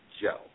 Joe